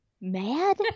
mad